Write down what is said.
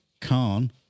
Khan